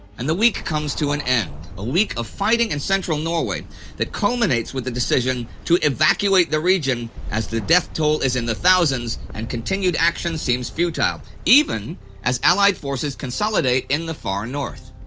and the week comes to an end. a week of fighting in central norway that culminates with the decision to evacuate the region as the death toll is in the thousands and continued action seems futile, even as allied forces consolidate in the far north.